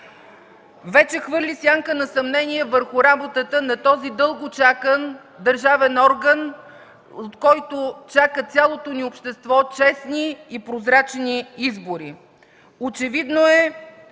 вече хвърли сянка на съмнението върху работата на този дълго чакан държавен орган, от който цялото ни общество чака честни и прозрачни избори. Очевидно е,